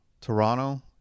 toronto